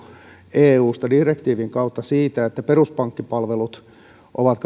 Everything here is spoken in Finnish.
eusta direktiivin kautta siitä että peruspankkipalvelut ovat